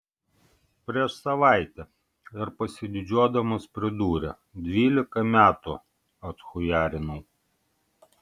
prieš savaitę ir pasididžiuodamas pridūrė dvylika metų atchujarinau